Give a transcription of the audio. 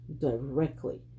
directly